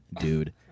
dude